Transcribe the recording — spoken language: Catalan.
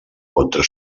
contra